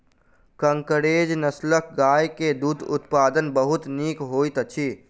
कंकरेज नस्लक गाय के दूध उत्पादन बहुत नीक होइत अछि